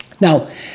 Now